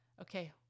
Okay